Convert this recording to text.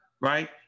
right